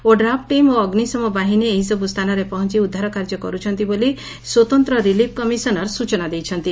ODRAF team ଓ ଅଗ୍ବିଶମ ବାହିନୀ ଏହିସବୁ ସ୍ସାନରେ ପହଞ୍ ଉଦ୍ଧାର କାର୍ଯ୍ୟ କରୁଛନ୍ତି ବୋଲି ସ୍ୱତନ୍ତ ରିଲିଫ କମିଶନର ବିଷ୍ଟୁପଦ ସେଠୀ ସୂଚନା ଦେଇଛନ୍ତି